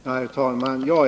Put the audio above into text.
Herr talman!